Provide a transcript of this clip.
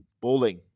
bowling